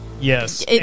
Yes